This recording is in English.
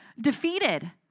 defeated